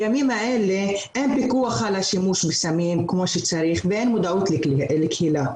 בימים האלה אין פיקוח על השימוש בסמים כמו שצריך ואין מודעות לקהילה.